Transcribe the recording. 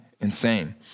Insane